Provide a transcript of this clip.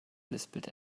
lispelt